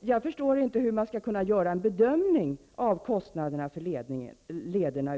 Jag förstår inte hur det är möjligt att från den aspekten göra en bedömning av kostnaderna för lederna.